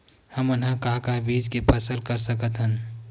हमन ह का का बीज के फसल कर सकत हन?